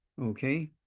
Okay